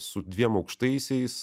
su dviem aukštaisiais